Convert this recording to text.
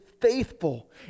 faithful